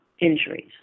injuries